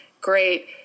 great